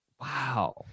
Wow